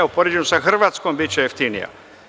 U poređenju sa Hrvatskom biće jeftinija.